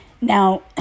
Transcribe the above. Now